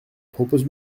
propose